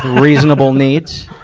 reasonable needs.